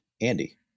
Andy